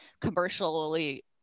commercially